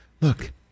Look